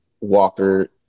Walker